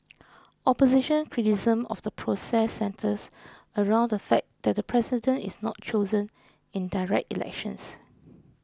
opposition criticism of the process centres around the fact that the president is not chosen in direct elections